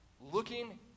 looking